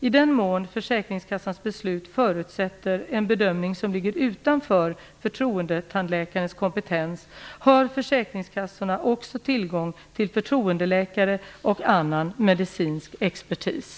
I den mån försäkringskassans beslut förutsätter en bedömning som ligger utanför förtroendetandläkarens kompetens har försäkringskassorna också tillgång till förtroendeläkare och annan medicinsk expertis.